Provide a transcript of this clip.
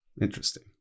interesting